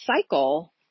cycle